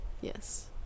Yes